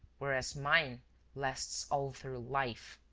whereas mine lasts all through life!